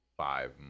five